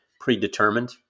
predetermined